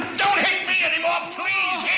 hit me anymore, please.